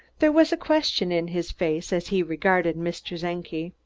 there was a question in his face as he regarded mr. czenki.